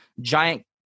giant